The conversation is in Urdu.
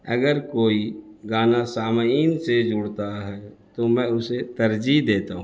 اگر کوئی گانا سامعین سے جڑتا ہے تو میں اسے ترجیح دیتا ہوں